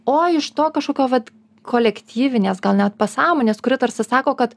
o iš to kažkokio vat kolektyvinės gal net pasąmonės kuri tarsi sako kad